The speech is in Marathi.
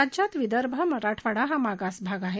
राज्यात विदर्भ मराठवाडा हा मागास भाग आहे